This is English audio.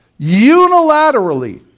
unilaterally